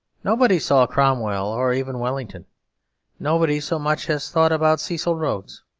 nobody saw cromwell or even wellington nobody so much as thought about cecil rhodes.